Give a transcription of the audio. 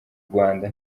rwanda